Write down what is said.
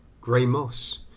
gray moss,